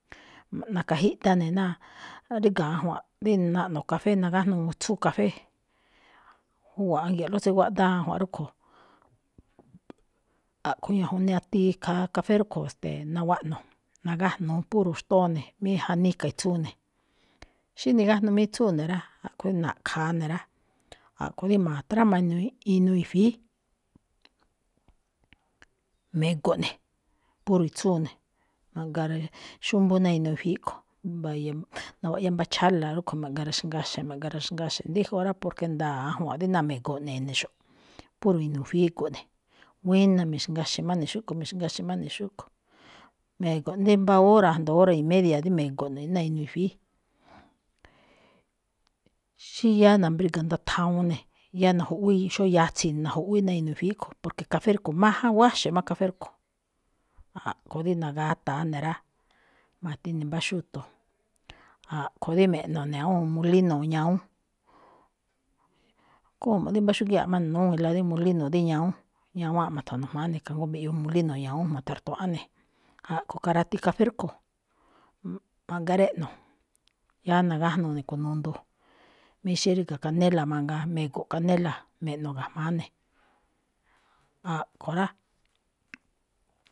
Na̱ka̱jiꞌda ne̱ náa ríga̱ ajwa̱nꞌ dí naꞌno̱ kafé nagájnuu itsúu kafé, júwa̱ꞌ a̱ngia̱nꞌlóꞌ tsí guáꞌdáá ajwa̱nꞌ rúꞌkho̱. A̱ꞌkho̱ ñajuun nati khaa kafé rúꞌkho̱, ste̱e̱, nawaꞌno̱ nagájnuu puro̱ xtóo ne̱, mí janíí ka̱ itsúu ne̱. Xí nigájnuu má itsúu ne̱ rá, a̱ꞌkho̱ rí na̱ꞌkha̱a ne̱ rá, a̱ꞌkho̱ rí ma̱tráma inuu i̱fi̱í. Me̱go̱ꞌ ne̱, puro itsúu ne̱ ma̱ꞌgaraxúmbú ná inuu i̱fi̱í kho̱, nawaꞌyá mbá chála̱ rúꞌkho̱ ma̱garaxngaxe̱, ma̱ꞌgaraxngaxe̱. Dújun rá, porque nda̱a̱ ajwa̱nꞌ dí náa me̱go̱ꞌ ne e̱ne̱xo̱ꞌ, puro inuu fi̱í ego̱ꞌne̱. Buína̱ mixngaxe̱ má né xúꞌkho̱, mi̱xngaxe̱ má ne̱ xúꞌkho̱. Me̱go̱ꞌ rí mbá hora jndo hora y media dí me̱go̱ ne̱ inuu i̱fi̱í. Xí yáá nambriga̱ ndaa thawuun ne̱, yáá najuꞌwíi xóo yatsi̱i ne najuꞌwíi ná inuu i̱fi̱í kho̱, porque kafé rúꞌkho̱ máján, wáxe̱ má kafé ruꞌkho̱. A̱ꞌkho̱ rí na̱gata̱a ne̱ rá, ma̱ti ne̱ mbáa xúuto̱, a̱ꞌkho̱ dí me̱ꞌno̱ ne̱ awúun molino ñawún. Khúún ju̱mu̱ꞌ dí mbá xúguiáanꞌ máꞌ no̱ne̱núwíinla̱ rí molino dí ñawún, ñawáanꞌ ma̱tha̱no̱ jma̱á ne̱ kajngó mbiꞌyuu ne̱ molino ñawún, ma̱ta̱rtuaꞌán ne̱. A̱ꞌkho̱ karati kafé rúꞌkho̱, ma̱ꞌgareꞌno, yáá nagájnuu ne̱ kunundu. Mí xí ríga̱ kanéla̱ mangaa, me̱go̱ kanéla̱, me̱ꞌno̱ ga̱jma̱á ne̱. A̱ꞌkho̱ rá.